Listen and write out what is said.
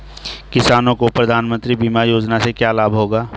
किसानों को प्रधानमंत्री बीमा योजना से क्या लाभ होगा?